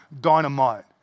dynamite